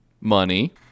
Money